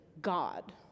God